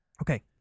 Okay